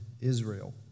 Israel